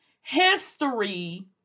History